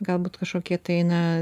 galbūt kažkokie tai na